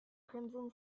crimson